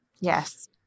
Yes